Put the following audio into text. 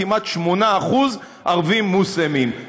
כמעט 8% ערבים מוסלמים.